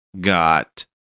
got